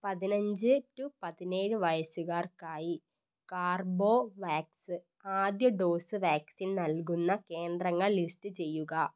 പതിനഞ്ച് റ്റു പതിനേഴ് വയസുകാർക്കായി കോർബെവാക്സ് ആദ്യ ഡോസ് വാക്സിൻ നൽകുന്ന കേന്ദ്രങ്ങൾ ലിസ്റ്റ് ചെയ്യുക